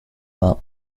that